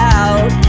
out